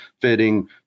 fitting